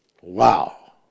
Wow